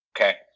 Okay